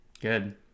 Good